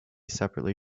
separately